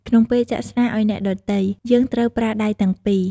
ក្នុងពេលចាក់ស្រាអោយអ្នកដ៏ទៃ យើងត្រូវប្រើដៃទាំងពីរ។